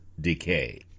decay